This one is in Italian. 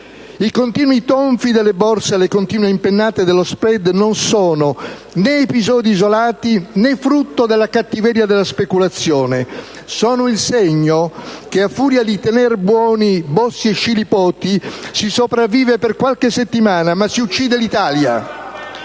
I continui tonfi delle borse e le continue impennate dello *spread* non sono né episodi isolati, né frutto della cattiveria della speculazione. Sono il segno che a furia di tener buoni Bossi e Scilipoti si sopravvive per qualche settimana, ma si uccide l'Italia.